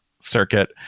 circuit